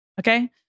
okay